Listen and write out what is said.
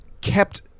kept